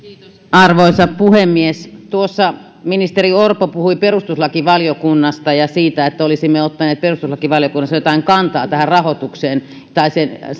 arvoisa puhemies tuossa ministeri orpo puhui perustuslakivaliokunnasta ja siitä että olisimme ottaneet perustuslakivaliokunnassa jotain kantaa rahoitukseen tai